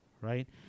right